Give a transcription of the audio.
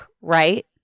right